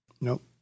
Nope